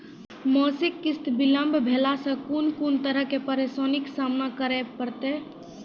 मासिक किस्त बिलम्ब भेलासॅ कून कून तरहक परेशानीक सामना करे परतै?